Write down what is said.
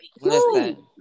Listen